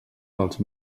dels